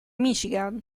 michigan